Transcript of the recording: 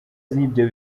z’ibyo